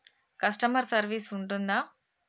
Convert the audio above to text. Customer service ఉంటుందా?